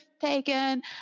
taken